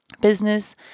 business